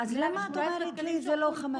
למה את אומרת לי שזה לא 500?